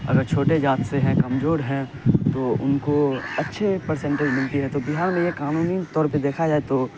اگر چھوٹے ذات سے ہیں کمزور ہیں تو ان کو اچھے پرسینٹیج ملتے ہیں تو بہار میں یہ قانونی طور پہ دیکھا جائے تو